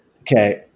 Okay